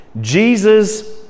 Jesus